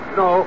no